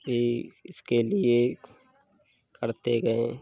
भी इसके लिए करते गए